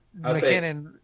McKinnon